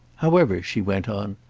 however, she went on,